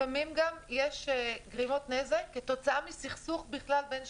לפעמים גם יש גרימת נזק כתוצאה מסכסוך בין שכנים.